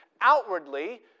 outwardly